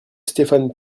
stéphane